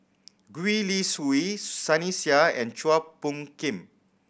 Gwee Li Sui Sunny Sia and Chua Phung Kim